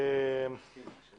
זה יוצא